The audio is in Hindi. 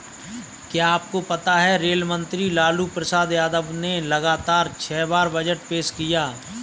क्या आपको पता है रेल मंत्री लालू प्रसाद यादव ने लगातार छह बार बजट पेश किया?